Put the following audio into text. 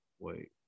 Wait